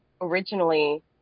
originally